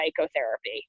psychotherapy